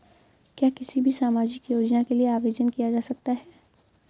क्या किसी भी सामाजिक योजना के लिए आवेदन किया जा सकता है?